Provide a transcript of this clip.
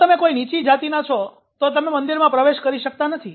જો તમે કોઈ નીચી જાતિના છો તો તમે મંદિરમાં પ્રવેશ કરી શકતા નથી